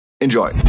enjoy